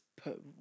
put